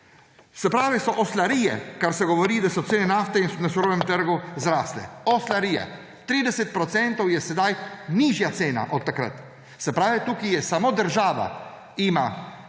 Se pravi, so oslarije, kar se govori, da so cene nafte na surovem trgu zrasle. Oslarija. 30 procentov je sedaj nižja cena od takrat. Se pravi, tukaj ima samo država meč